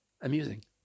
amusing